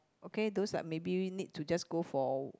okay those like maybe need to just go for